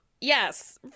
yes